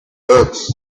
books